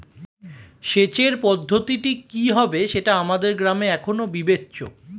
সেচের পদ্ধতিটি কি হবে সেটা আমাদের গ্রামে এখনো বিবেচ্য